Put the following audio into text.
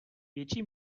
větší